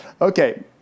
Okay